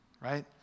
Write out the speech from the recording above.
right